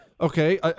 Okay